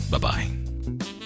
Bye-bye